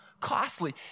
costly